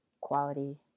quality